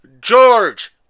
George